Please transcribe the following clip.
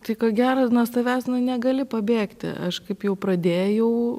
tai ko gero nuo savęs negali pabėgti aš kaip jau pradėjau